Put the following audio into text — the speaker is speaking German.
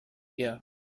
ihr